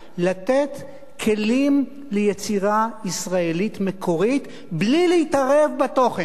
לתת כלים ליצירה ישראלית מקורית בלי להתערב בתוכן.